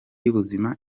y’ubuzima